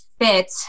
fit